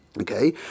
Okay